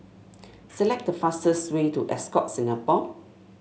select the fastest way to Ascott Singapore